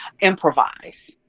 improvise